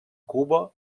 cuba